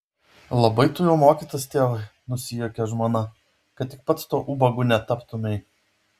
labai tu jau mokytas tėvai nusijuokė žmona kad tik pats tuo ubagu netaptumei